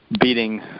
beating